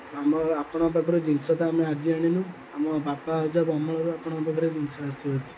ଆମ ଆପଣଙ୍କ ପାଖରୁ ଜିନିଷ ତ ଆମେ ଆଜି ଆଣିନୁ ଆମ ବାପା ଅଜା ଅମଳରୁ ଆପଙ୍କ ପାଖରୁ ଜିନିଷ ଆସୁଅଛି